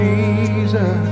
Jesus